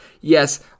Yes